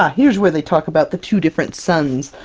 um here's where they talk about the two different sons!